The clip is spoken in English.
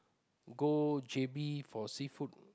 go J_B for seafood